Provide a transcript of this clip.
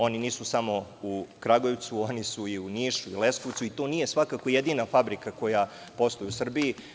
Oni nisu samo u Kragujevcu, oni su i u Nišu, Leskovcu, i to nije jedina fabrika koja posluje u Srbiji.